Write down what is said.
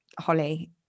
Holly